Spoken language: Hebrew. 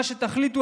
מה שתחליטו.